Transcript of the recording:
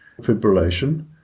fibrillation